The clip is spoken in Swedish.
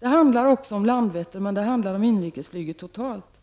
Det handlar om Landvetter, men det handlar också om inrikesflyget totalt.